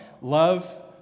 Love